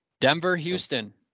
Denver-Houston